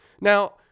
Now